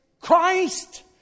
Christ